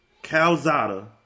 calzada